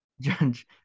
Judge